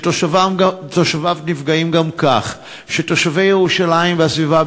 ואשר תושביו נפגעים גם כך כשתושבי ירושלים והסביבה,